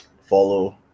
follow